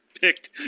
picked